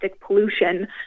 pollution